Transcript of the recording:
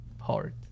hard